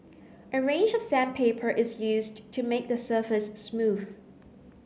a range of sandpaper is used to make the surface smooth